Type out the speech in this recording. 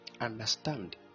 understand